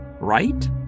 right